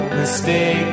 mistake